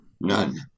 None